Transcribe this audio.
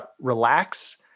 relax